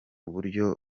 buryo